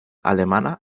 alemana